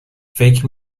فکر